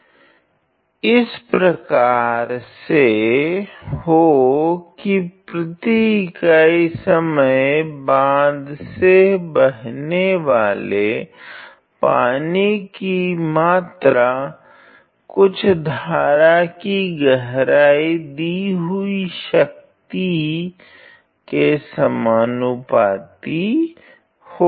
और इस प्रकार से हो की प्रति इकाई समय बाँध से बहने वाले पानी की मात्रा कुछ धारा की गहराई की दी हुई शक्ति के समानुपाती हो